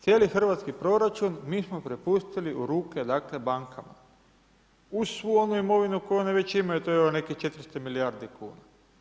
Cijeli hrvatski proračun mi smo prepustili u ruke dakle bankama uz svu onu imovinu koju one već imaju, to je nekih 400 milijardi kuna.